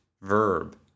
verb